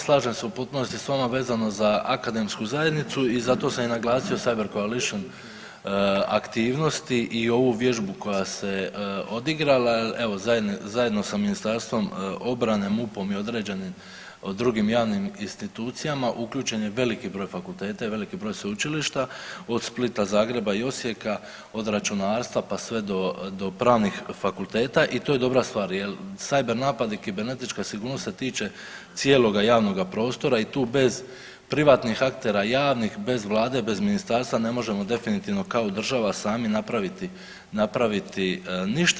Slažem se u potpunosti s vama vezano za akademsku zajednicu i zato sam naglasio Cyber Coalition aktivnosti i ovu vježbu koja se odigrala zajedno sa Ministarstvom obrane, MUP-om i određenim drugim javnim institucijama, uključen je veliki broj fakulteta i veliki broj sveučilišta od Splita, Zagreba i Osijeka od računarstva pa sve do pravnih fakulteta i to je dobra stvar jer cyber napadi i kibernetička sigurnost se tiče cijeloga javnoga prostora i tu bez privatnih aktera, javnih, bez Vlade, bez ministarstva ne možemo definitivno kao država sami napraviti ništa.